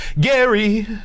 Gary